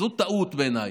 זו טעות, בעיניי.